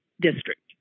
district